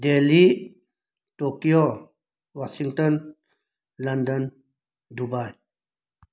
daily Tokyo Washington London Dubai